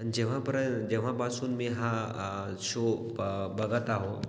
पण जेव्हा पर जेव्हापासून मी हा शो प बघत आहो